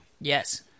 Yes